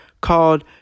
called